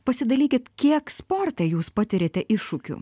pasidalykit kiek sporte jūs patiriate iššūkių